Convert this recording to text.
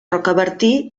rocabertí